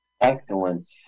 Excellent